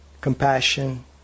compassion